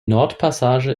nordpassage